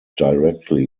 directly